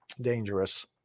dangerous